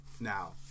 Now